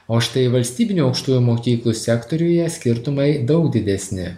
o štai valstybinių aukštųjų mokyklų sektoriuje skirtumai daug didesni